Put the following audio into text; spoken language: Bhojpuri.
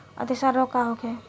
अतिसार रोग का होखे?